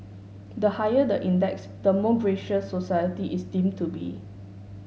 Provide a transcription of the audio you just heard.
the higher the index the more gracious society is deem to be